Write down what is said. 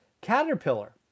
Caterpillar